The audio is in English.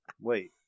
Wait